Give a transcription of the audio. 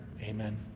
Amen